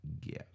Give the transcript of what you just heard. gift